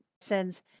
sends